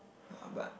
ya but